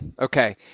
Okay